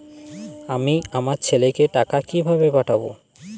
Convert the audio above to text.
আমি আমার ছেলেকে টাকা কিভাবে পাঠাব?